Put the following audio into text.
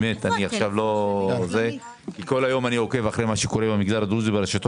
כל היום אני עוקב ברשתות